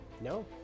No